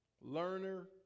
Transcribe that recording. Learner